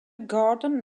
garden